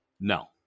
No